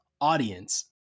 audience